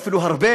או אפילו הרבה,